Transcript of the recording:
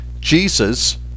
Jesus